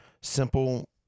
Simple